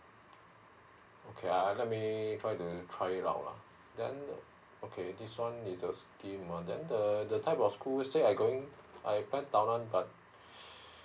okay ah let me try to try it out lah then okay this one is the scheme then the the type of school say I'm going I tao nan but